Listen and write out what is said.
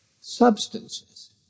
Substances